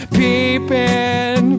peeping